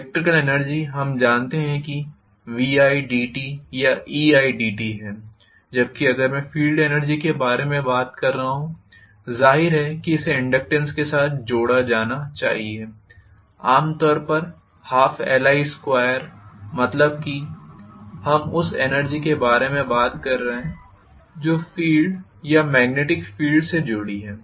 electrical energy हम जानते हैं कि Vidt या Eidt है जबकि अगर मैं फील्ड एनर्जी के बारे में बात कर रहा हूं जाहिर है कि इसे इनडक्टेन्स के साथ जोड़ा जाना चाहिए आमतौर पर 12Li2 मतलब कि हम उस एनर्जी के बारे में बात कर रहे हैं जो फील्ड या मेग्नेटिक फील्ड से जुड़ी है